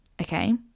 okay